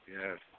Yes